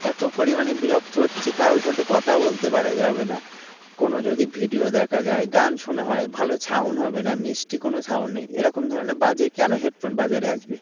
এত পরিমাণে বিরক্ত হচ্ছে কারও সাথে কথা বলতে পারা যাবে না কোনো যদি ভিডিও দেখা যায় গান শোনা হয় ভালো সাউন্ড হবে না মিষ্টি কোনো সাউন্ড নেই এরকম ধরনের বাজে কেন হেডফোন বাজারে আসবে